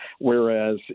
whereas